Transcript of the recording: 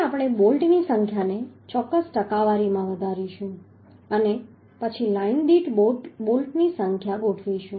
પછી આપણે બોલ્ટની સંખ્યાને ચોક્કસ ટકાવારીમાં વધારીશું અને પછી લાઇન દીઠ બોલ્ટની સંખ્યા ગોઠવીશું